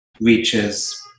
reaches